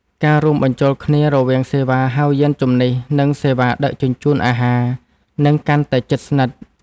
ការរួមបញ្ចូលគ្នារវាងសេវាហៅយានជំនិះ និងសេវាដឹកជញ្ជូនអាហារ នឹងកាន់តែជិតស្និទ្ធ។